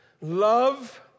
Love